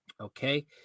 Okay